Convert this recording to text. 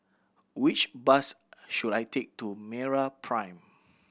which bus should I take to MeraPrime